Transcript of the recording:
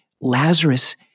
Lazarus